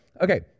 Okay